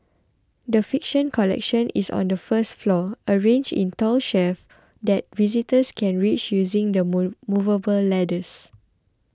the fiction collection is on the first floor arranged in tall shelves that visitors can reach using the movable ladders